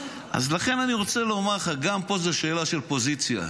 אז לכן אני רוצה לומר לך: גם פה זה שאלה של פוזיציה.